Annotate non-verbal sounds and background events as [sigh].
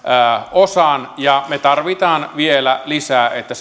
osan ja me tarvitsemme vielä lisää että [unintelligible]